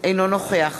אינו נוכח